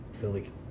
Philly